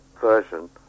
version